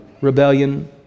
rebellion